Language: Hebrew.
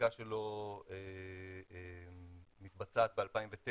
החקיקה שלו מתבצעת ב-2009,